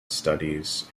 studies